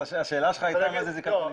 השאלה שלך הייתה מה זאת זיקה פוליטית.